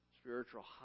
spiritual